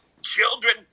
children